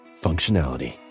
Functionality